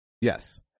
Yes